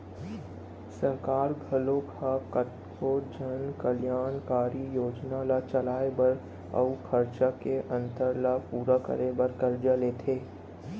सरकार घलोक ह कतको जन कल्यानकारी योजना ल चलाए बर अउ खरचा के अंतर ल पूरा करे बर करजा लेथे